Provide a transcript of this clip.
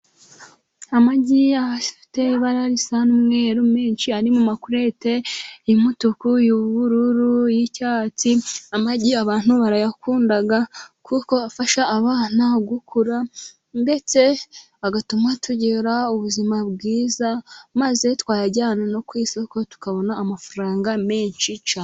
Amagi afite ibara risa n'umweru menshi ari mu makulete, y'umutuku, y'ubururu, y'icyatsi. Amagi abantu barayakunda kuko afasha abana gukura ndetse agatuma tugira ubuzima bwiza, maze twayajyana no ku isoko tukabona amafaranga menshi.